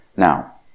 Now